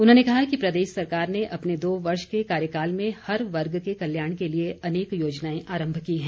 उन्होंने कहा कि प्रदेश सरकार ने अपने दो वर्ष के कार्यकाल में हर वर्ग के कल्याण के लिए अनेक योजनाएं आरंभ की है